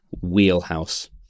wheelhouse